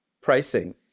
pricing